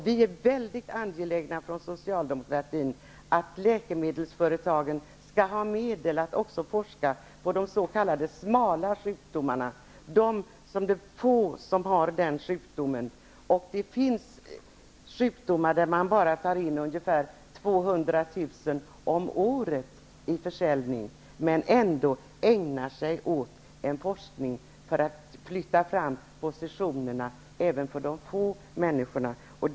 Vi är väldigt angelägna inom socialdemokratin om att läkemedelsföretagen skall få medel att också forska på de s.k. smala sjukdomarna, dem som bara få människor får. Det finns områden där man bara tar in ungefär 200 000 kr. om året i försäljning men där man ändå ägnar sig åt forskning för att flytta fram positionerna även för de få som får sjukdomen.